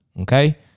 Okay